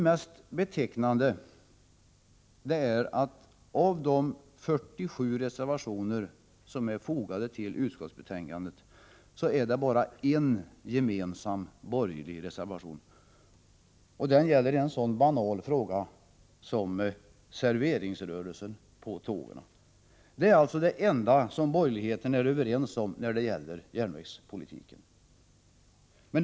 Mest betecknande är att av 47 reservationer som är fogade till utskottsbetänkandet är det bara en gemensam borgerlig reservation, och den gäller en så banal fråga som serveringsrörelsen på tågen. Det är alltså det enda som borgerligheten är överens om när det gäller järnvägspolitiken.